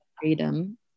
freedom